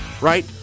right